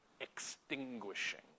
extinguishing